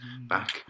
Back